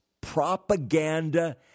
propaganda